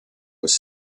was